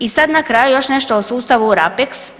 I sad na kraju još nešto o sustavu RAPEX.